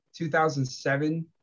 2007